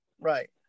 Right